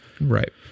Right